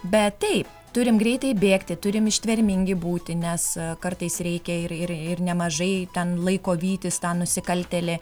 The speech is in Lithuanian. bet taip turim greitai bėgti turim ištvermingi būti nes kartais reikia ir ir ir nemažai ten laiko vytis tą nusikaltėlį